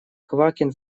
квакин